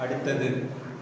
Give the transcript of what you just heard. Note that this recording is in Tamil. அடுத்தது